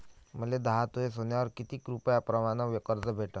मले दहा तोळे सोन्यावर कितीक रुपया प्रमाण कर्ज भेटन?